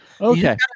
Okay